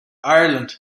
ireland